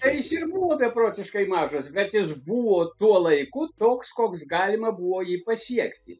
tai žinoma beprotiškai mažas bet jis buvo tuo laiku toks koks galima buvo jį pasiekti